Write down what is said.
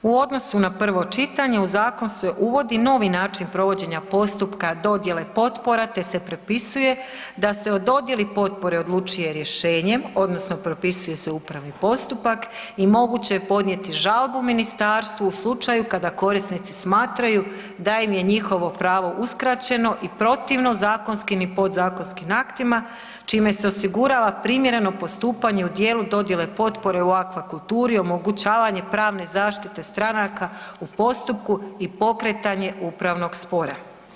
U odnosu na prvo čitanje u zakon se uvodi novi način provođenja postupka dodjela potpora te se propisuje da se o dodjeli potpore odlučuje rješenjem odnosno propisuje se upravni postupak i moguće je podnijeti žalbu ministarstvu u slučaju kada korisnici smatraju da im je njihovo pravo uskraćeno i protivno zakonskim i podzakonskim aktima čime se osigurava primjereno postupanje u dijelu dodjele potpore u akvakulturi i omogućavanje pravne zaštite stranaka u postupku i pokretanje upravnog spora.